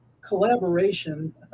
collaboration